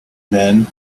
men